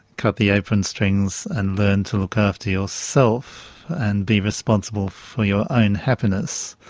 cut the apron strings and learn to look after yourself and be responsible for your own happiness,